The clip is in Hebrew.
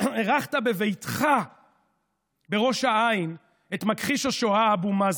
אירחת בביתך בראש העין את מכחיש השואה אבו מאזן.